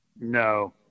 No